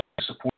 support